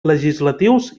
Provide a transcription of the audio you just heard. legislatius